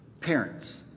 parents